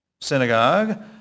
synagogue